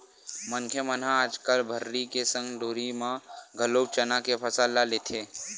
मनखे मन ह आजकल भर्री के संग डोली म घलोक चना के फसल ल लेथे